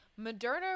Moderna